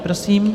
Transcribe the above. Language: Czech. Prosím.